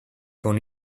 con